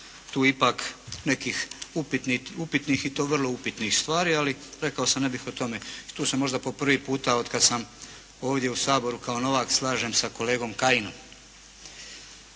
tu ipak nekih upitnih i to vrlo upitnih stvari. Ali rekao sam ne bih o tome. Jer tu se možda po prvi puta od kad sam ovdje u Saboru kao novak slažem sa kolegom Kajinom.